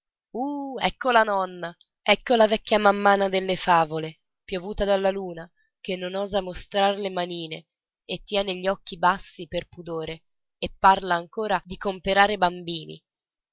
uh ecco la nonna ecco la vecchia mammana delle favole piovuta dalla luna che non osa mostrar le manine e tiene gli occhi bassi per pudore e parla ancora di comprare i bambini